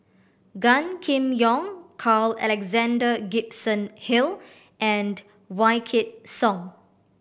Gan Kim Yong Carl Alexander Gibson Hill and Wykidd Song